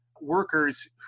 workers